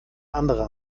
andere